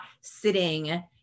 sitting